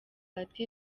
ati